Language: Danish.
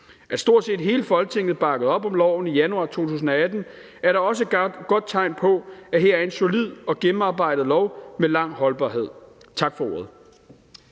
At stort set hele Folketinget bakkede op om loven i januar 2018, er da også et godt tegn på, at der her er en solid og gennemarbejdet lov med lang holdbarhed. Tak for ordet.